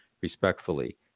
respectfully